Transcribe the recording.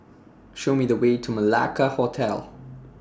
Show Me The Way to Malacca Hotel